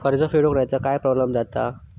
कर्ज फेडूक नाय तर काय प्रोब्लेम जाता?